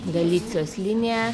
galicijos linija